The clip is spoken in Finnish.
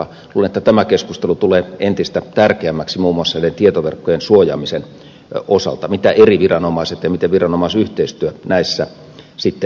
luulen että tämä keskustelu tulee entistä tärkeämmäksi muun muassa tietoverkkojen suojaamisen osalta mitä eri viranomaiset tekevät ja miten viranomaisyhteistyö näissä sujuu